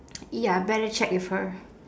ya better check with her